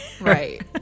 Right